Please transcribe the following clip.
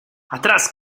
atrás